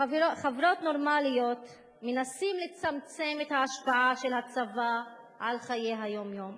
חברות נורמליות מנסות לצמצם את השפעת הצבא על חיי היום-יום,